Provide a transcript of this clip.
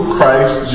Christ